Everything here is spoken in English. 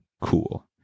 cool